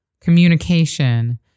communication